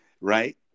right